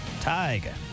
Tiger